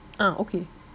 ah okay